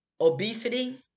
Obesity